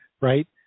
Right